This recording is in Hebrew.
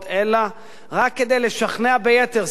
אלא רק כדי לשכנע ביתר שאת